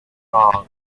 proud